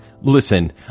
Listen